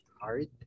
hard